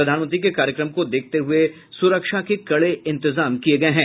प्रधानमंत्री के कार्यक्रम को देखते हुये सुरक्षा के कड़े इंतजाम किये गये हैं